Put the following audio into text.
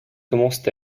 commencent